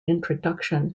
introduction